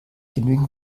genügend